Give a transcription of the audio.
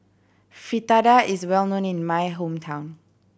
fritada is well known in my hometown